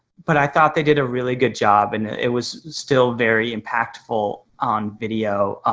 but i thought they did a really good job and it was still very impactful on video.